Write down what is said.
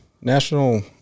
national